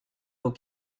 vos